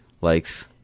likes